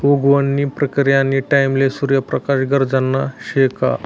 उगवण नी प्रक्रीयानी टाईमले सूर्य प्रकाश गरजना शे का